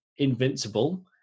invincible